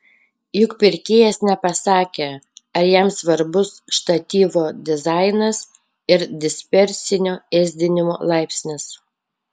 juk pirkėjas nepasakė ar jam svarbus štatyvo dizainas ir dispersinio ėsdinimo laipsnis